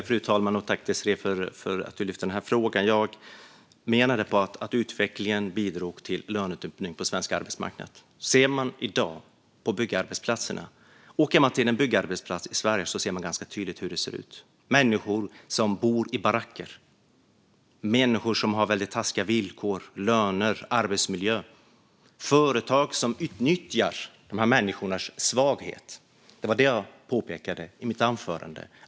Fru talman! Jag tackar Désirée Pethrus för att hon lyfter upp frågan. Jag menar att utvecklingen bidrog till lönedumpning på svensk arbetsmarknad. Åker man ut till en byggarbetsplats i Sverige kan man tydligt se hur det ser ut. Människor bor i baracker, har taskiga villkor, löner och arbetsmiljö. Företag utnyttjar dessa människors svaghet. Det var det jag påpekade i mitt anförande.